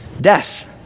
death